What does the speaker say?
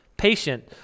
patient